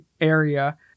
area